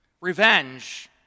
Revenge